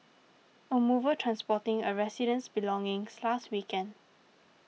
a mover transporting a resident's belongings last weekend